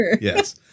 Yes